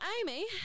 Amy